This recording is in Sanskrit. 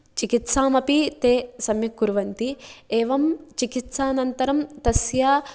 चिकित्सामपि ते सम्यक् कुर्वन्ति एवं चिकित्सानन्तरं तस्य